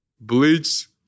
Bleach